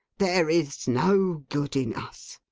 there is no good in us.